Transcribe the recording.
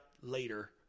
later